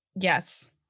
yes